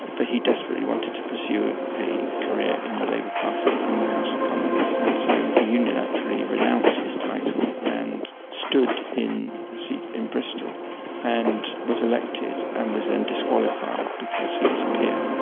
but he desperately wanted to pursue a career in the labour party in the house of commons, and so he unilaterally renounced his title and stood in a seat in bristol and was elected and was then disqualified because he was a peer.